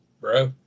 bro